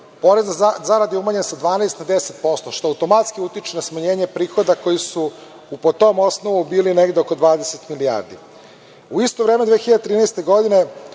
porez na zaradu je umanjen sa 12 na 10%, što automatski utiče na smanjenje prihoda koji su po tom osnovu bili negde oko 20 milijardi. U isto vreme 2013. godine